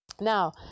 Now